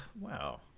wow